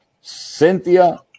Cynthia